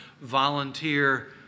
volunteer